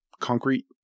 concrete